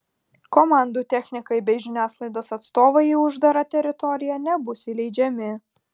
komandų technikai bei žiniasklaidos atstovai į uždarą teritoriją nebus įleidžiami